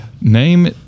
name